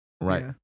Right